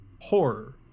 horror